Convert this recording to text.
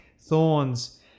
thorns